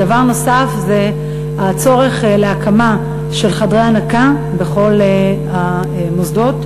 דבר נוסף זה הצורך בהקמת חדרי הנקה בכל המוסדות,